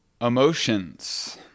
emotions